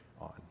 on